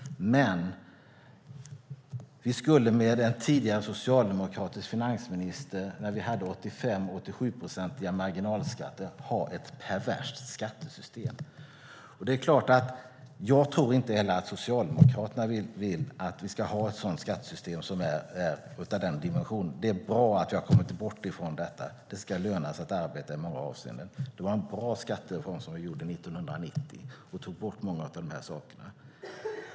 Men med en tidigare socialdemokratisk finansminister, när marginalskatterna var 85-87 procent, hade vi ett perverst skattesystem. Jag tror inte heller att Socialdemokraterna vill att vi ska ha ett skattesystem av den dimensionen. Det är bra att vi har kommit bort ifrån detta. Det ska löna sig att arbeta i många avseenden. Det var en bra skattereform som vi gjorde 1990 när vi tog bort många av de här sakerna.